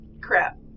Crap